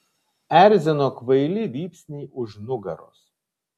erzino kvaili vypsniai už nugaros